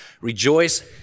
Rejoice